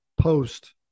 post